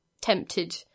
tempted